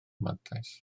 mantais